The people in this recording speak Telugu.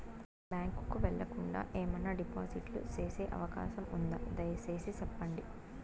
బ్యాంకు కు వెళ్లకుండా, ఏమన్నా డిపాజిట్లు సేసే అవకాశం ఉందా, దయసేసి సెప్పండి?